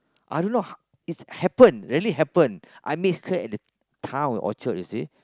I don't know it's happen really happen I meet her at the town Orchard you see